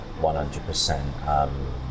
100%